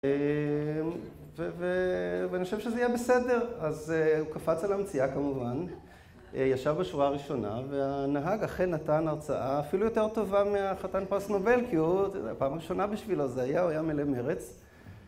ואני חושב שזה יהיה בסדר, אז הוא קפץ על המציאה כמובן, ישב בשורה הראשונה, והנהג אכן נתן הרצאה אפילו יותר טובה מהחתן פרס נובל, כי הוא, פעם ראשונה בשבילו זה היה, הוא היה מלא מרץ.